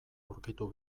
aurkitu